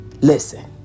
Listen